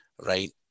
Right